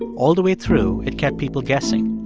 all the way through, it kept people guessing.